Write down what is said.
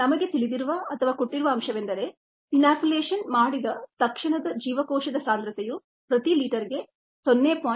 ನಮಗೆ ತಿಳಿದಿರುವ ಅಥವಾ ಕೊಟ್ಟಿರುವ ಅಂಶವೆಂದರೆ ಇನಾಕ್ಯುಲೇಷನ್ ಮಾಡಿದ ತಕ್ಷಣದ ಜೀವಕೋಶದ ಸಾಂದ್ರತೆಯು ಪ್ರತಿ ಲೀಟರ್ಗೆ 0